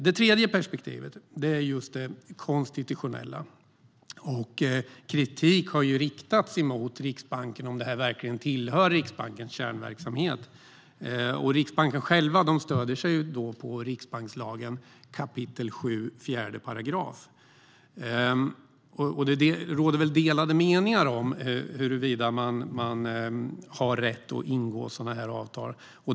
Det tredje perspektivet är det konstitutionella. Kritik har riktats mot Riksbanken när det gäller om det här verkligen tillhör Riksbankens kärnverksamhet. Riksbanken själv stöder sig på riksbankslagens 7 kap. 4 §. Det råder delade meningar om huruvida man har rätt att ingå sådana här avtal.